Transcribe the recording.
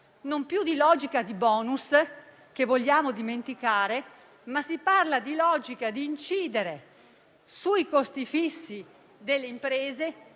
usa più la logica del *bonus*, che vogliamo dimenticare, ma si parla di incidere sui costi fissi delle imprese